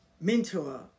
mentor